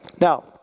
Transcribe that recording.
Now